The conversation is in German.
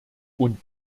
und